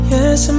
Yes